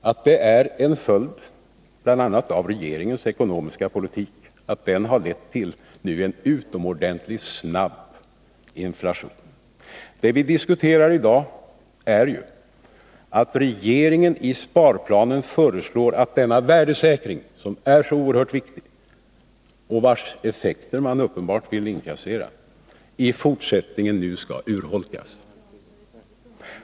Detta är bara en följd av att regeringens ekonomiska politik har lett till en utomordentligt snabb inflation. Det som vi diskuterar i dag är ju att regeringen i sparplanen föreslår att denna värdesäkring, som är så oerhört viktig och vars effekter man uppenbart nu vill inkassera, i fortsättningen skall urholkas.